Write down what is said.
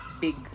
big